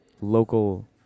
local